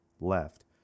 left